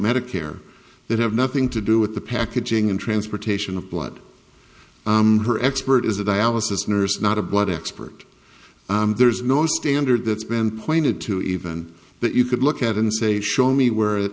medicare that have nothing to do with the packaging and transportation of blood her expert is a dialysis nurse not a blood expert there is no standard that's been pointed to even that you could look at and say show me where